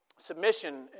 Submission